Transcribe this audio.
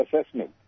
assessment